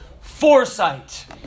Foresight